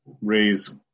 raise